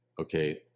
okay